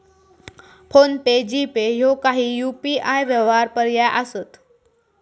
phone पे, GPay ह्यो काही UPI व्यवहार पर्याय असत